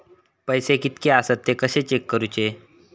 पैसे कीतके आसत ते कशे चेक करूचे?